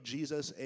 Jesus